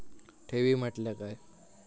ठेवी म्हटल्या काय?